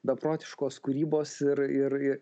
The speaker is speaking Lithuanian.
beprotiškos kūrybos ir ir